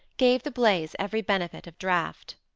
gave the blaze every benefit of draught.